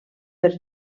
per